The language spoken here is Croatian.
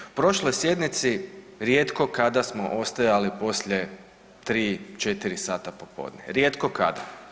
U prošloj sjednici rijetko kada smo ostajali poslije 3-4 sata popodne, rijetko kada.